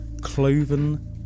cloven